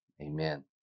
amen